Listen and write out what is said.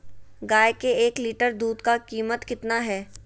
गाय के एक लीटर दूध का कीमत कितना है?